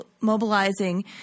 mobilizing